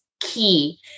key